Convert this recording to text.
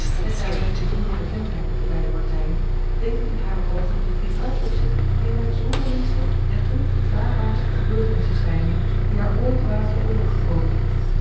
en elinor's bijzondere bekendheid met de beide partijen deed het in hare oogen in elk opzicht een der zonderlingste en onverklaarbaarste gebeurtenissen schijnen die haar ooit waren ter oore gekomen